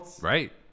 Right